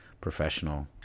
professional